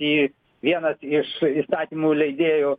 į vienas iš įstatymų leidėjų